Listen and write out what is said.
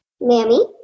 Mammy